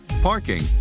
parking